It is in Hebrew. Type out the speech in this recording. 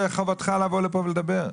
זו חובתך לבוא לפה ולדבר.